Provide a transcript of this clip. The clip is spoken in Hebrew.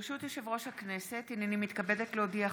ברשות יושב-ראש הכנסת, הינני מתכבדת להודיעכם,